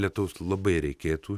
lietaus labai reikėtų